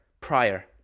prior